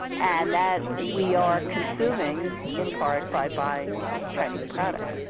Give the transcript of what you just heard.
and that we are consuming, in part by buying chinese products.